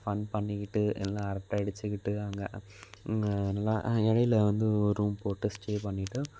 fun பண்ணிக்கிட்டு நல்லா அரட்டை அடிச்சுக்கிட்டு அங்கே நல்லா இடையில வந்து ஒரு ரூம் போட்டு ஸ்டே பண்ணிவிட்டு